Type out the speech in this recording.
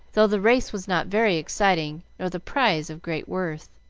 though the race was not very exciting nor the prize of great worth